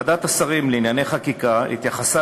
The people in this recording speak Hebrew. ועדת השרים לענייני חקיקה התייחסה